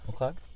Okay